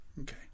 Okay